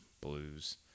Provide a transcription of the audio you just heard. blues